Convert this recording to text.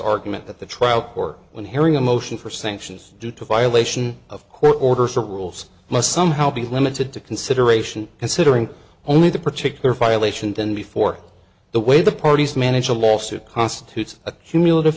argument that the trial court when hearing a motion for sanctions due to violation of court orders or rules must somehow be limited to consideration considering only the particular violation then before the way the parties manage a lawsuit constitutes a cumulative